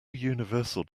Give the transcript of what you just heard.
universal